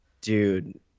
Dude